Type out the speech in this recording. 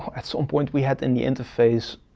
at some point, we had in the interface,